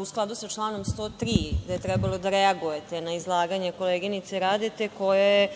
u skladu sa članom 103. je trebalo da reagujete na izlaganje koleginice Radete koja je